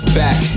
back